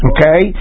Okay